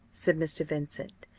said mr. vincent,